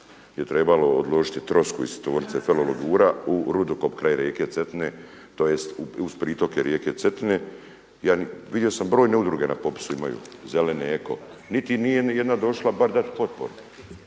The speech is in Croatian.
je trebalo odložiti trosku iz tvornice ferolegura u …/Govornik se ne razumije./… kraj rijeke Cetine, tj. uz pritoke rijeke Cetine. Vidio sam brojne udruge na popisu imaju zelene, eko. Niti nije ni jedna došla bar dati potporu